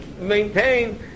maintain